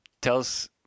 tells